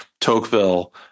Tocqueville